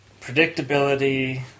predictability